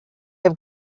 have